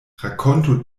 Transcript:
rakontu